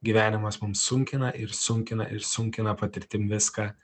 gyvenimas mums sunkina ir sunkina ir sunkina patirtim viską